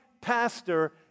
pastor